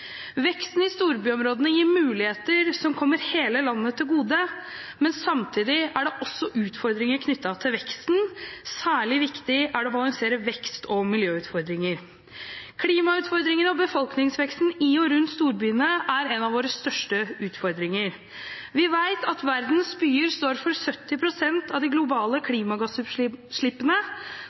Veksten i storbyområdene gir muligheter som kommer hele landet til gode. Samtidig er det også utfordringer knyttet til veksten. Særlig viktig er det å balansere vekst og miljøutfordringer. Klimautfordringene og befolkningsveksten i og rundt storbyene er blant våre største utfordringer – vi vet at verdens byer står for 70 pst. av de globale klimagassutslippene.